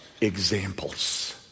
examples